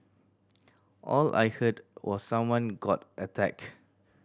all I heard was someone got attacked